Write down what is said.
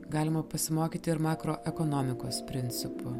galima pasimokyti ir makroekonomikos principų